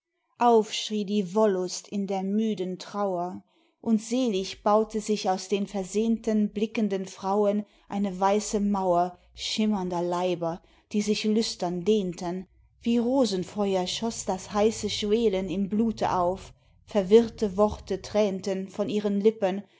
aufschrie die wollust in der müden trauer und selig baute sich aus den versehnten blinkenden frauen eine weiße mauer schimmernder leiber die sich lüstern dehnten wie rosenfeuer schoß das heiße schwelen im blute auf verwirrte worte tränten von ihren lippen